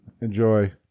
Enjoy